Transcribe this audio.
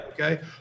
okay